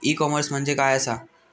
E commerce म्हणजे काय असा?